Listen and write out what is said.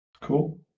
cool